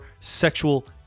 sexual